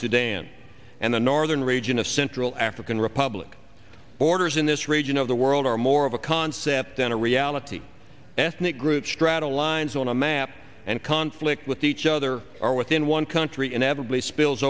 sudan and the northern region of central african republic borders in this region of the world are more of a concept than a reality ethnic group straddle lines on a map and conflict with each other or within one country inevitably spills